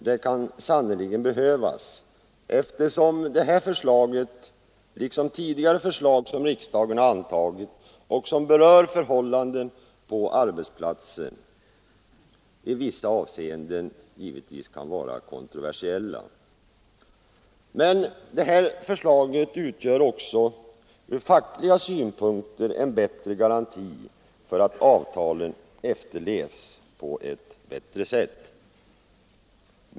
Det kan sannerligen behövas, eftersom det här förslaget — liksom tidigare förslag som riksdagen har antagit och som berör förhållanden på arbetsplatsen — i vissa avseenden givetvis kan vara kontroversiellt. Dagens förslag utgör ur facklig synpunkt en förbättrad garanti för att avtalen efterlevs.